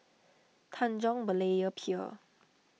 Tanjong Berlayer Pier